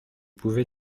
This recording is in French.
pouvez